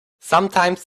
sometimes